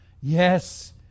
Yes